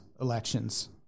elections